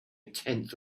tenth